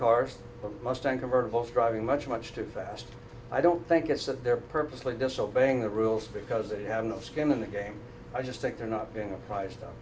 cars mustang convertible driving much much too fast i don't think it's that they're purposely disobeying the rules because they have no skin in the game i just think they're not being pri